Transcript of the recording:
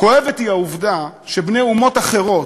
כואבת היא העובדה שבני אומות אחרות,